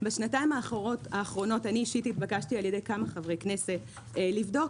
בשנתיים האחרונות נתבקשתי אישית על ידי כמה חברי כנסת לבדוק